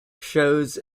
shows